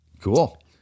Cool